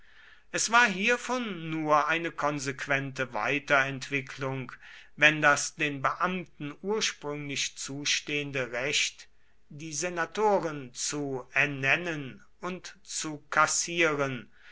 es war hiervon nur eine konsequente weiterentwicklung wenn das den beamten ursprünglich zustehende recht die senatoren zu ernennen und zu kassieren